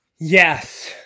Yes